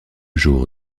jour